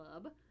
Club